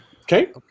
Okay